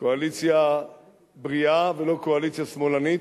קואליציה בריאה, ולא קואליציה שמאלנית,